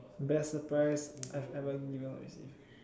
best surprise I've ever given or received